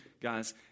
guys